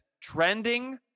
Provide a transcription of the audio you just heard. trending